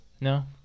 no